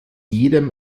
jedem